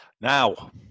Now